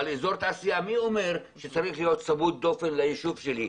אבל מי אומר שאזור תעשייה צריך להיות צמוד ליישוב שלי?